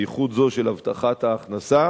בייחוד זו של הבטחת ההכנסה,